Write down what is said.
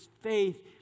faith